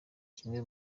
kimwe